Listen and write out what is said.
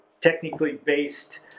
technically-based